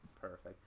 perfect